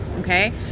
okay